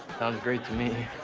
sounds great to me.